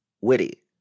witty